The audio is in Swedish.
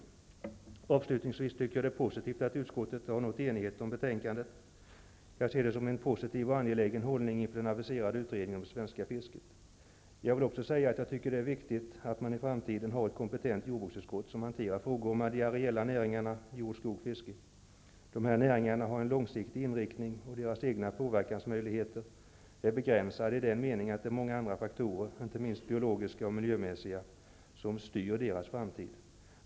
Avslutningsvis vill jag säga att jag tycker att det är positivt att utskottet har nått enighet om betänkandet. Jag ser det som en positiv och angelägen hållning inför den aviserade utredningen om det svenska fisket. Jag vill också säga att jag tycker att det är viktigt att man i framtiden har ett kompetent jordbruksutskott som hanterar frågor om de areella näringarna jord, skog och fiske. Dessa näringar har en långsiktig inriktning, och deras egna möjligheter att påverka utvecklingen är begränsade i den meningen att det är många andra faktorer, inte minst biologiska och miljömässiga, som styr deras framtid.